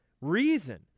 reason